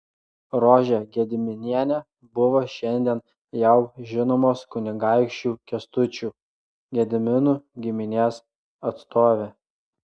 rožė gediminienė buvo šiandien jau žinomos kunigaikščių kęstučių gediminų giminės atstovė